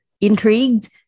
Intrigued